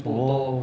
oh